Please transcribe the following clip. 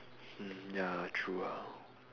ya true ah